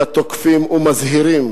אלא תוקפים ומזהירים